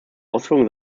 ausführung